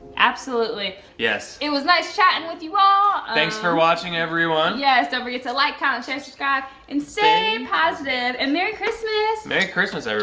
absolutely. it was nice chatting with you all. thanks for watching everyone. yes. don't forget to like, comment, share, subscribe, and stay positive! and merry christmas. merry christmas, i mean